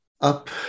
up